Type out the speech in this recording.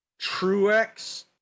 Truex